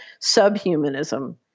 subhumanism